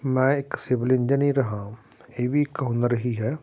ਮੈਂ ਇੱਕ civil engineer ਹਾਂ ਇਹ ਵੀ ਇੱਕ ਹੁਨਰ ਹੀ ਹੈ